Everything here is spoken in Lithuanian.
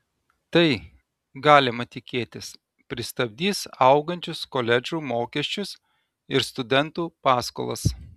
tai galima tikėtis pristabdys augančius koledžų mokesčius ir studentų paskolas